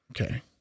okay